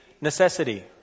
Necessity